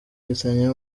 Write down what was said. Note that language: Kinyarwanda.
dufitanye